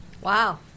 Wow